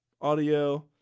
audio